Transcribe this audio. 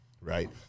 right